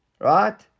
right